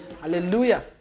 Hallelujah